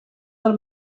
del